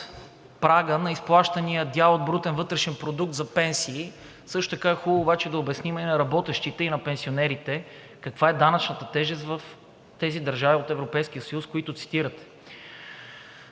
прага на изплащания дял от брутен вътрешен продукт за пенсии, също така е хубаво обаче да обясним на работещите и на пенсионерите каква е данъчната тежест в тези държави от Европейския съюз, които цитирате.